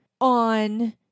on